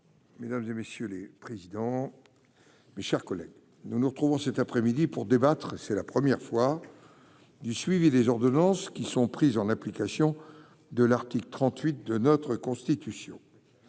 Mesdames et messieurs les présidents, mes chers collègues, nous nous retrouvons cet après-midi pour débattre, c'est la première fois, du suivi des ordonnances qui sont prises en application de l'article 38 de notre constitution,